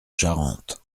charente